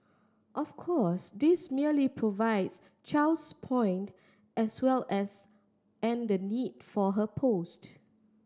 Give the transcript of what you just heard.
of course this merely Chow's point as well as and the need for her post